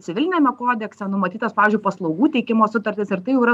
civiliniame kodekse numatytas pavyzdžiui paslaugų teikimo sutartis ir tai jau yra